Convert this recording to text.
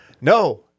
No